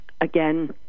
again